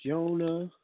Jonah